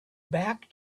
back